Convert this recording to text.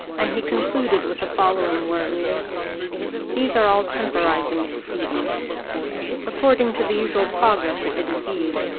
and he concluded with the following words these are all temporizing expedients according to the usual progress of the disease,